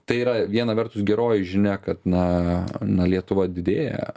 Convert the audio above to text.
tai yra viena vertus geroji žinia kad na na lietuva didėja